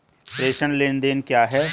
प्रेषण लेनदेन क्या है?